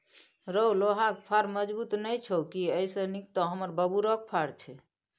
रौ लोहाक फार मजगुत नै छौ की एइसे नीक तँ हमर बबुरक फार छै